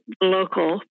local